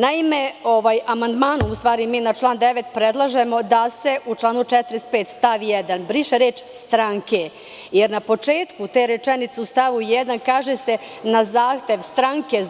Naime, amandmanom na član 9. predlažemo da se u članu 45. stav 1. briše reč: „stranke“, jer na početku te rečenice u stavu 1. kaže se: „na zahtev stranke,